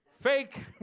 fake